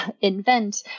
invent